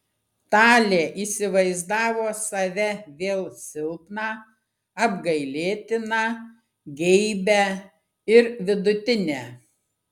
talė įsivaizdavo save vėl silpną apgailėtiną geibią ir vidutinę